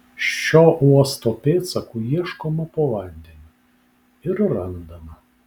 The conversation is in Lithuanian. šio uosto pėdsakų ieškoma po vandeniu ir randama